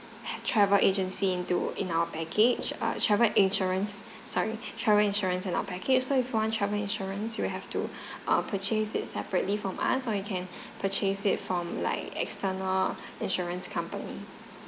travel agency into in our package uh travel insurance sorry travel insurance in our package so if you want travel insurance you will have to uh purchase it separately from us or you can purchase it from like external insurance company